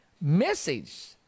message